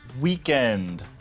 weekend